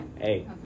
hey